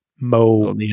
mo